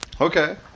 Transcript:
Okay